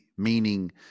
meaning